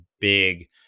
big